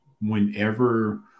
whenever